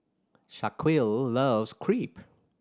Shaquille loves Crepe